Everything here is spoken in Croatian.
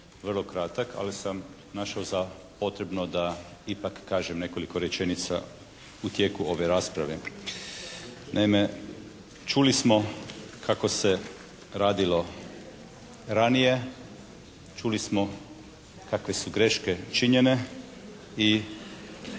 vrlo kratak ali sam našao za potrebno da ipak kažem nekoliko rečenica u tijeku ove rasprave. Naime čuli smo kako se radilo ranije. Čuli smo kakve su greške činjene i